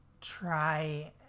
try